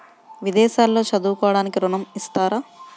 విదేశాల్లో చదువుకోవడానికి ఋణం ఇస్తారా?